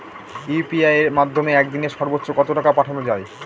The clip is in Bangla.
ইউ.পি.আই এর মাধ্যমে এক দিনে সর্বচ্চ কত টাকা পাঠানো যায়?